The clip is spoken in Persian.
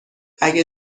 اگه